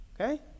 Okay